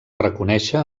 reconèixer